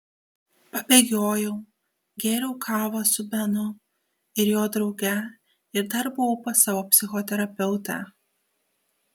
pabėgiojau gėriau kavą su benu ir jo drauge ir dar buvau pas savo psichoterapeutę